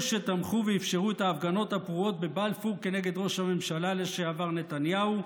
שתמכו בהפגנות הפרועות בבלפור נגד ראש הממשלה לשעבר נתניהו,